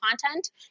content